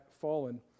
fallen